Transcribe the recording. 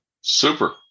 super